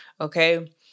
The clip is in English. Okay